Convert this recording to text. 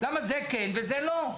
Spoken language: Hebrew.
למה זה כן וזה לא?